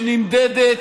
שנמדדת